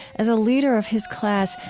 as a leader of his class,